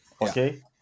Okay